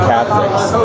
Catholics